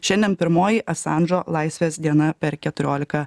šiandien pirmoji asandžo laisvės diena per keturiolika